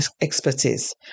expertise